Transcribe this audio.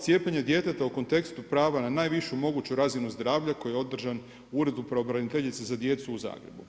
Cijepljenje djeteta u kontekstu prava na najvišu moguću razinu zdravlja koji je održan u uredu pravobraniteljicu za djecu u Zagrebu.